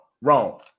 wrong